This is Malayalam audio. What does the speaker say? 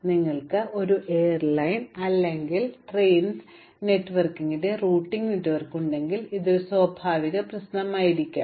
അതിനാൽ നിങ്ങൾക്ക് ഒരു എയർലൈൻ അല്ലെങ്കിൽ ട്രെയിൻ നെറ്റ്വർക്കിന്റെ റൂട്ടിംഗ് നെറ്റ്വർക്ക് ഉണ്ടെങ്കിൽ ഇത് ഒരു സ്വാഭാവിക പ്രശ്നമായിരിക്കും